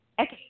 Okay